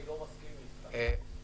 אני לא מסכים איתך.